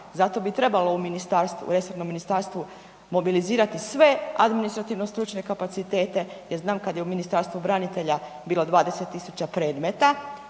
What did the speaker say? zato bi trebalo u resornom ministarstvu mobilizirate sve administrativno-stručne kapacitete jer znam kad je u Ministarstvu branitelja bilo 20 000 predmeta,